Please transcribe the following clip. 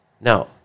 now